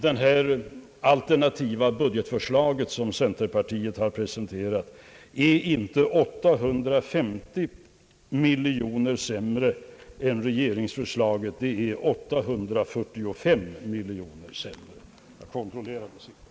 Detta alternativa budgetförslag som centerpartiet har presenterat är inte 850 miljoner sämre än regeringsförslaget — det är 845 miljoner sämre. Jag kontrollerade siffran.